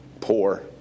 poor